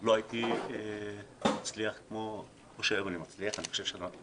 לא הייתי מצליח כמו שהיום אני מצליח אני חושב שאנחנו מצליחים.